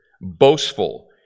boastful